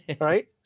right